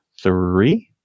three